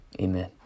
Amen